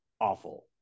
awful